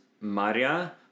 Maria